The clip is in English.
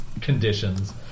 Conditions